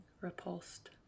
repulsed